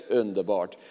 underbart